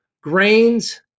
grains